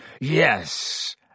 Yes